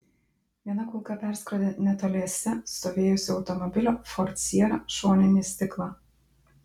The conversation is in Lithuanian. viena kulka perskrodė netoliese stovėjusio automobilio ford sierra šoninį stiklą